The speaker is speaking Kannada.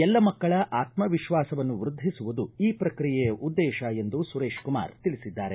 ಎಲ್ಲ ಮಕ್ಕಳ ಆತ್ಮ ವಿಶ್ವಾಸವನ್ನು ವೃದ್ಧಿಸುವುದು ಈ ಪ್ರಕ್ರಿಯೆಯ ಉದ್ದೇಶ ಎಂದು ಸುರೇಶ್ಕುಮಾರ್ ತಿಳಿಸಿದ್ದಾರೆ